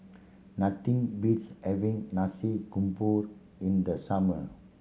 nothing beats having Nasi Campur in the summer